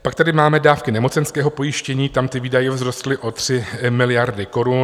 Pak tady máme dávky nemocenského pojištění, tam výdaje vzrostly o 3 miliardy korun.